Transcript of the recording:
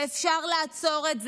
ואפשר לעצור את זה,